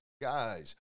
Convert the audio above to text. guys